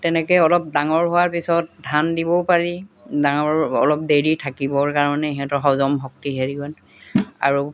তেনেকৈ অলপ ডাঙৰ হোৱাৰ পিছত ধান দিবও পাৰি ডাঙৰ অলপ দেৰি থাকিবৰ কাৰণে সিহঁতৰ হজম শক্তি হেৰি আৰু